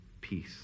peace